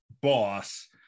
boss